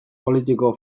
politiko